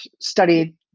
studied